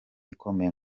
ikomeye